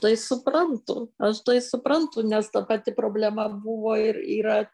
tai suprantu aš tai suprantu nes ta pati problema buvo ir yra